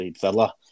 Villa